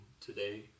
today